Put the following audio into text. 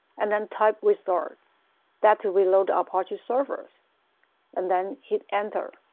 and then type restart that to reload the apache server so and then hit enter.